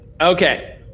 Okay